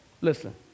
Listen